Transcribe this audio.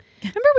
Remember